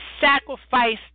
sacrifice